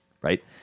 Right